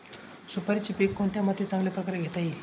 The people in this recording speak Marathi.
सुपारीचे पीक कोणत्या मातीत चांगल्या प्रकारे घेता येईल?